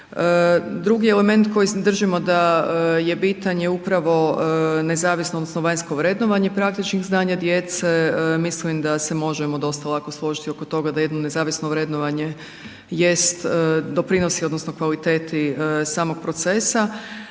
Drugi element koji držimo da je bitan je upravo nezavisno odnosno vanjsko vrednovanje praktičnih znanja djece, mislim da se možemo dosta lako složiti oko toga da jedno nezavisno vrednovanje jest doprinosi odnosno kvaliteti samog procesa